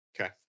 Okay